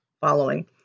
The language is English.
following